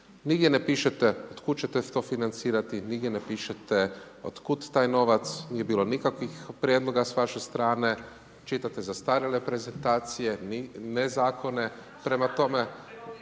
Nigdje ne pišete od kud ćete to financirati, nigdje ne pišete od kud taj novac, nije bilo nikakvih prijedloga s vaše strane, čitate zastarjele prezentacije, ne zakone, prema tome